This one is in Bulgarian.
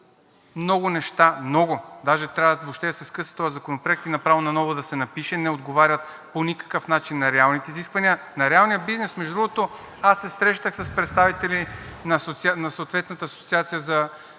Много неща, много даже. Трябва въобще да се скъса този законопроект и направо наново да се напише. Не отговаря по никакъв начин на реалните изисквания, на реалния бизнес. Между другото, аз се срещах с представители на съответната асоциация,